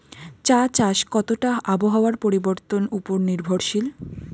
চা চাষ কতটা আবহাওয়ার পরিবর্তন উপর নির্ভরশীল?